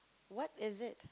what is it